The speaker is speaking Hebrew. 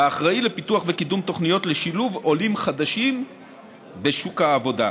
האחראי לפיתוח ולקידום של תוכניות לשילוב עולים חדשים בשוק העבודה.